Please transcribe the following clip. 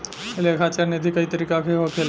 लेखा चल निधी कई तरीका के होखेला